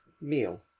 meal